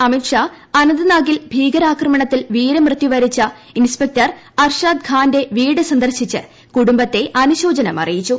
അമിത്ഷാ അനന്ത്നാഗിൽ ഭീകരാക്രമണത്തിൽ വീരമൃത്യു വരിച്ച ഇൻസ്പെക്ടർ അർഷാദ്ഖാന്റെ വീട് സന്ദർശിച്ച് കുടുംബത്തെ അനുശോചനം അറിയിച്ചു